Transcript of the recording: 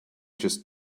just